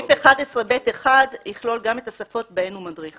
סעיף 11(ב)(1) יכלול גם את השפות שבהן הוא מדריך.